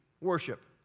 worship